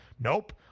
nope